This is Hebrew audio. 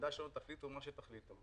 מה שתחליטו.